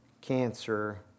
cancer